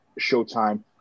showtime